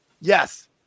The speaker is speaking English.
Yes